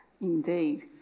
Indeed